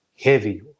heavy